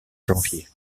janvier